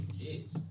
kids